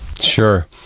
Sure